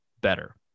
better